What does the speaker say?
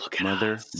Mother